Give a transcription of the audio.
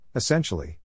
Essentially